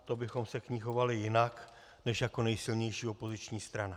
To bychom se k ní chovali jinak než jako nejsilnější opoziční strana.